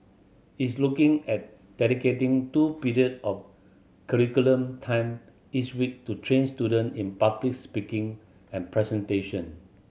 it's looking at dedicating two period of curriculum time each week to train student in public speaking and presentation